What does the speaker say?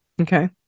Okay